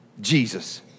Jesus